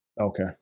Okay